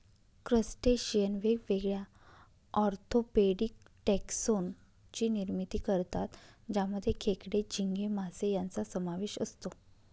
crustacean वेगवेगळ्या orthopaedic taxon ची निर्मिती करतात ज्यामध्ये खेकडे, झिंगे, मासे यांचा समावेश असतो